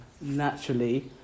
naturally